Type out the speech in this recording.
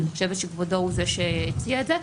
אני חושבת שכבודו הוא זה שהציע את זה,